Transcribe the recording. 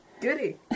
Goody